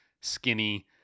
skinny